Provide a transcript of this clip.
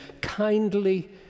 kindly